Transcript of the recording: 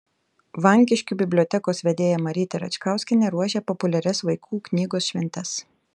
vankiškių bibliotekos vedėja marytė račkauskienė ruošia populiarias vaikų knygos šventes